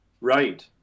Right